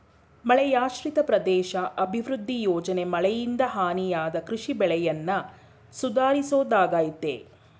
ಮಳೆಯಾಶ್ರಿತ ಪ್ರದೇಶ ಅಭಿವೃದ್ಧಿ ಯೋಜನೆ ಮಳೆಯಿಂದ ಹಾನಿಯಾದ ಕೃಷಿ ಬೆಳೆಯನ್ನ ಸುಧಾರಿಸೋದಾಗಯ್ತೆ